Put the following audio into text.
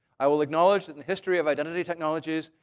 i will acknowledge that in the history of identity technologies,